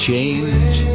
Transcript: Change